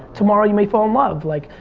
tomorrow you may fall in love, like,